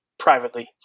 Privately